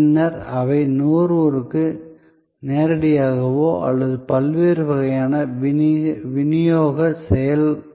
பின்னர் அவை நுகர்வோருக்கு நேரடியாகவோ அல்லது பல்வேறு வகையான விநியோகச்